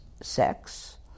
sex